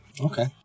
Okay